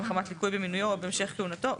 או מחמת ליקוי במינויו או בהמשך כהונתו,